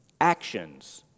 actions